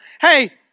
Hey